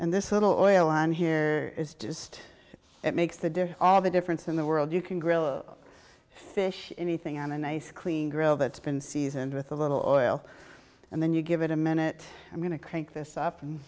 and this little oil on here is just it makes the all the difference in the world you can grill fish anything on a nice clean grill that's been seasoned with a little oil and then you give it a minute i'm going to crank this off and